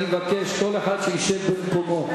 אני מבקש שכל אחד ישב במקומו.